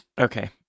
Okay